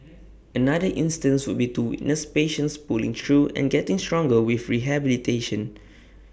another instance would be to witness patients pulling through and getting stronger with rehabilitation